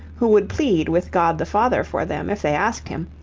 who would plead with god the father for them if they asked him,